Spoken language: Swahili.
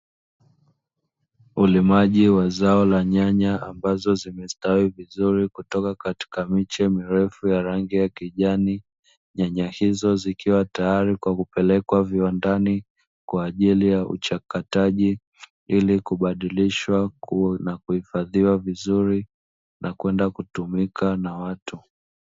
Ulimaji wa zao la nyanya ambazo zimestawi vizuri kutoka katika miche mirefu ya rangi ya kijani, nyanya hizo zikiwa tayari kwa ajili ya kupelekwa kiwandani ya uchakataji, ili kubadilisha na kuhifadhia vizuri na kwenda kutumika na watu.